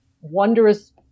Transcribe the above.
wondrous